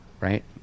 right